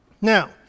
Now